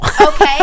Okay